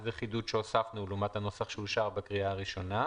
זה חידוד שהוספנו לעומת הנוסח שאושר בקריאה הראשונה,